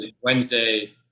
Wednesday